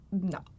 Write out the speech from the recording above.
No